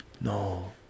no